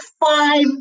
five